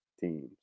teams